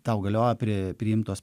tau galioja pri priimtos